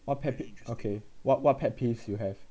what pet p~ okay what what pet peeves you have